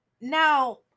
now